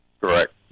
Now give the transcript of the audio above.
Correct